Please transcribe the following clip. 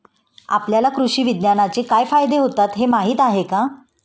आपल्याला कृषी विज्ञानाचे काय फायदे होतात हे माहीत आहे का?